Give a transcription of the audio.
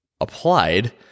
applied